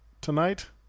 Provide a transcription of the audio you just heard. tonight